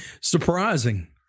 surprising